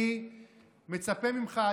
אני מצפה ממך,